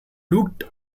looked